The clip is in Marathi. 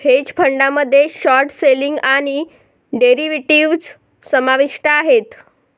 हेज फंडामध्ये शॉर्ट सेलिंग आणि डेरिव्हेटिव्ह्ज समाविष्ट आहेत